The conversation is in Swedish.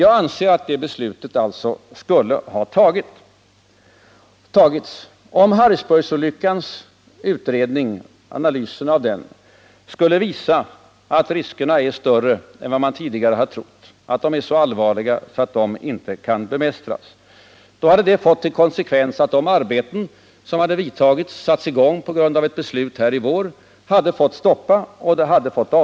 Om analysen av Harrisburgolyckan skulle visa att riskerna är större än man tidigare trott och så allvarliga att de inte kan bemästras, då hade detta fått till konsekvens att de arbeten som satts i gång på grund av ett beslut här i vår fått stoppas och avvecklas.